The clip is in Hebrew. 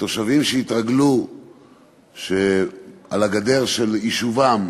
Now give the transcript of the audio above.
ותושבים שהתרגלו שעל הגדר של יישובם